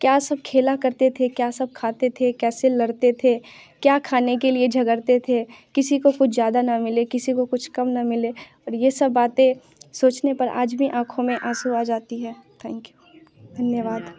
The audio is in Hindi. क्या सब खेला करते थे क्या सब खाते थे कैसे लड़ते थे क्या खाने के लिए झगड़ते थे किसी को कुछ ज़्यादा ना मिले किसी को कुछ कम ना मिले और ये सब बाते सोचने पर आज भी आँखों में आँसू आ जाते है थैंक यू धन्यवाद